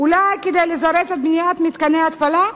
אולי כדי לזרז את בניית מתקני ההתפלה?